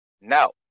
no